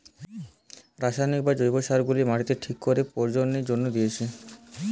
রাসায়নিক বা জৈব সার গুলা মাটিতে ঠিক করে প্রয়োগের জন্যে দিতেছে